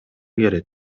керек